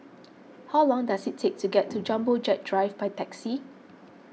how long does it take to get to Jumbo Jet Drive by taxi